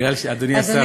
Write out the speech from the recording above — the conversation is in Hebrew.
בגלל שאדוני השר,